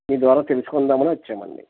మీ ద్వారా తెలుసుకుందామని వచ్చామండి